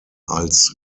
als